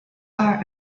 are